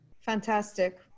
Fantastic